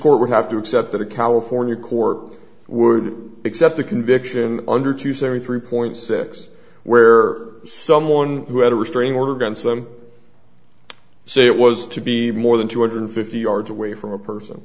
court would have to accept that a california court would accept a conviction under two thirty three point six where someone who had a restraining order against them so it was to be more than two hundred fifty yards away from a person